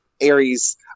Aries